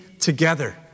together